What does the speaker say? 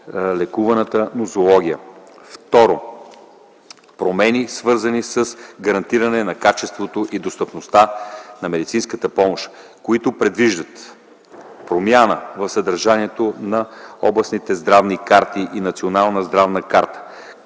лекуваната нозология. Второ, промени, свързани с гарантиране на качеството и достъпността на медицинската помощ, които предвиждат: - Промяна в съдържанието на областните здравни карти и на Националната здравна карта,